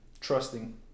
Trusting